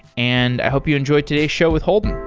and i hope you enjoy today's show with holden.